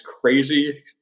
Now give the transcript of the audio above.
crazy